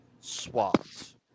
Swaps